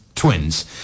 twins